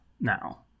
now